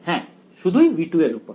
হ্যাঁ শুধুই V2 এর উপর